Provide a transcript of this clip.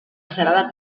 serà